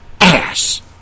ass